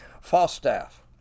Falstaff